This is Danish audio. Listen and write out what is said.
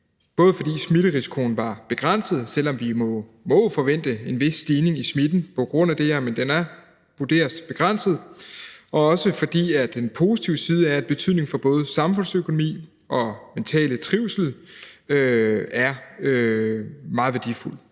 både fordi smitterisikoen er begrænset, selv om vi jo må forvente en vis stigning i smitten på grund af det her, men den vurderes begrænset, og også fordi den positive side er af betydning og meget værdifuld for både samfundsøkonomi og mental trivsel. Så derfor